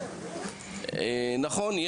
נכון,